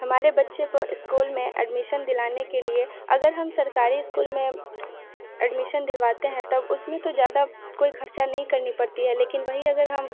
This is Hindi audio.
हमारे बच्चे को इस्कूल में एडमिशन दिलाने के लिए अगर हम सरकारी इस्कूल में एडमिशन दिलवाते हैं तब उस में तो ज़्यादा कोई ख़र्च नहीं करना पड़ता है लेकिन वही अगर हम